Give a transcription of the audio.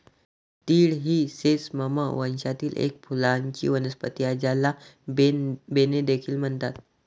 तीळ ही सेसमम वंशातील एक फुलांची वनस्पती आहे, ज्याला बेन्ने देखील म्हणतात